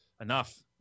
enough